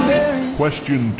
Question